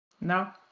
No